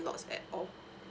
lots at all